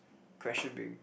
question being